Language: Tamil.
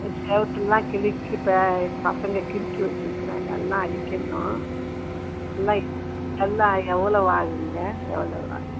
செவத்துல்லாம் கிறுக்கி ப பசங்கள் கிறுக்கி வெச்சுருக்கறாங்க எல்லாம் அடிக்கணும் எல்லாம் எல்லாம் எவ்வளோவு ஆகும்க எவ்வளோவு ஆகும்